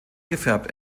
gefärbt